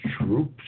troops